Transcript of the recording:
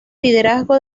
liderazgo